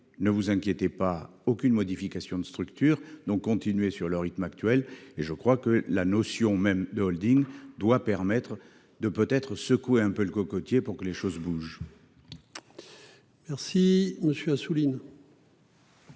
ne vous inquiétez pas. Aucune modification de structure donc continuer sur le rythme actuel et je crois que la notion même de Holding doit permettre de peut être secoué un peu le cocotier pour que les choses bougent.